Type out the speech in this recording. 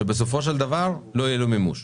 שבסופו של דבר לא יהיה לו מימוש,